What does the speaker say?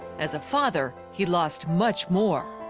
as a father, he lost much more.